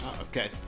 okay